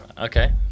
Okay